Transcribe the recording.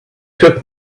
took